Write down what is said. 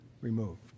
removed